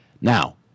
now